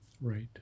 Right